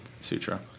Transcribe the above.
Sutra